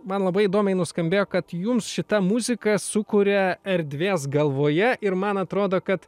man labai įdomiai nuskambėjo kad jums šita muzika sukuria erdvės galvoje ir man atrodo kad